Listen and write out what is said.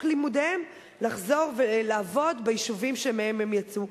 לימודיהם לחזור ולעבוד ביישובים שמהם הם יצאו.